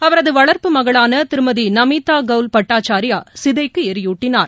அவரது வளர்ப்பு மகளான திருமதி நமிதா கவுல் பட்டாச்சாரியா சிதைக்கு எரியூட்டினார்